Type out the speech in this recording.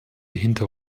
hinter